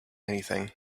anything